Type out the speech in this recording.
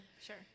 Sure